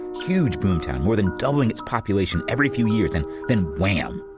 huge boom town, more than doubling its population every few years. and then, wham!